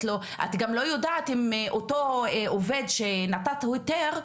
את גם לא יודעת אם אותו עובד שנתת לו היתר,